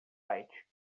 site